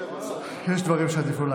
יש דברים שעדיף לא להגיד.